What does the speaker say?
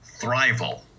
Thrival